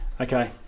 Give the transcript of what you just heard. Okay